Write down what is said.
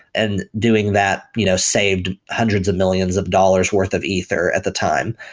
and doing that you know saved hundreds of millions of dollars' worth of ether at the time.